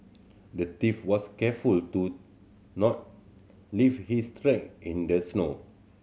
the thief was careful to not leave his track in the snow